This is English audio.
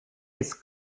its